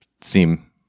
seem